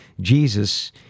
Jesus